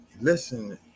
listen